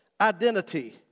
identity